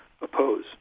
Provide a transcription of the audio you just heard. oppose